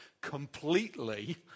completely